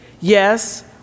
Yes